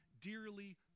dearly